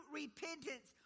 repentance